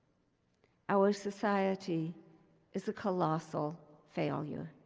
our society is a colossal failure.